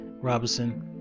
Robinson